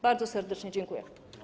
Bardzo serdecznie dziękuję.